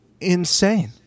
Insane